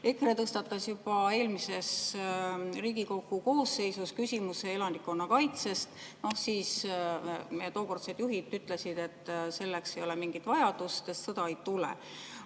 EKRE tõstatas juba eelmises Riigikogu koosseisus küsimuse elanikkonnakaitsest, aga meie tookordsed juhid ütlesid, et selleks ei ole mingit vajadust, sest sõda ei tule.